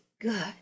good